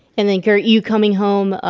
and then car you coming home.